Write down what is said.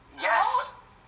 Yes